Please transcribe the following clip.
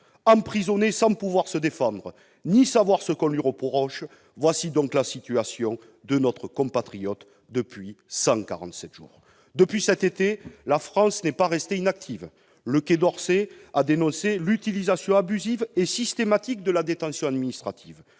Emprisonné sans pouvoir se défendre ni savoir ce qu'on lui reproche : telle est la situation de notre compatriote depuis 147 jours ! Depuis cet été, la France n'est pas restée inactive. Le Quai d'Orsay a dénoncé « l'utilisation abusive et systématique de la détention administrative